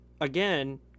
again